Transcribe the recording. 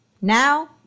Now